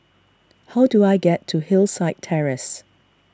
how do I get to Hillside Terrace